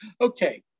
Okay